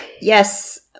Yes